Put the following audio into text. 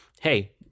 hey